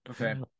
Okay